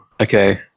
okay